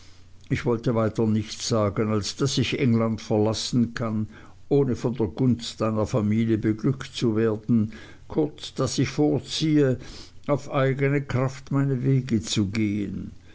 ich wollte weiter nichts sagen als daß ich england verlassen kann ohne von der gunst deiner familie beglückt zu werden kurz daß ich vorziehe auf eigne kraft meine wege zu gehen